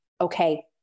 Okay